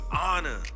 honor